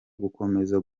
gukomeza